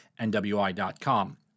NWI.com